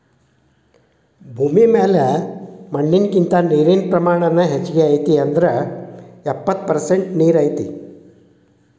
ಭೂಮಿ ಮ್ಯಾಲ ಮಣ್ಣಿನಕಿಂತ ನೇರಿನ ಪ್ರಮಾಣಾನ ಹೆಚಗಿ ಐತಿ ಅಂದ್ರ ಎಪ್ಪತ್ತ ಪರಸೆಂಟ ನೇರ ಐತಿ